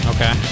Okay